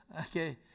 Okay